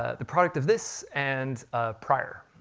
ah the product of this and prior,